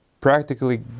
practically